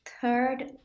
third